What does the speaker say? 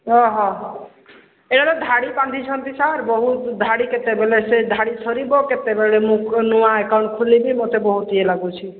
ହଁ ହ ଏଟାରେ ଧାଡ଼ି ବାନ୍ଧିଛନ୍ତି ସାର୍ ବହୁତ ଧାଡ଼ି କେତେବେଲେ ସେ ଧାଡ଼ି ସରିବ କେତେବେଳେ ମୁଁ ନୂଆ ଆକାଉଣ୍ଟ ଖୋଲିବି ମତେ ବହୁତ ଇଏ ଲାଗୁଛି